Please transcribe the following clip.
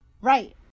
Right